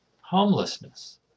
homelessness